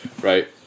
Right